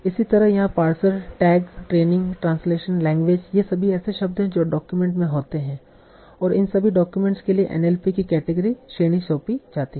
इसी तरह यहाँ parser tag training translation language ये सभी ऐसे शब्द हैं जो डॉक्यूमेंट में होते हैं और इन सभी डाक्यूमेंट्स के लिए NLP की केटेगरी श्रेणी सौंपी जाती है